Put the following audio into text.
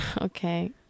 Okay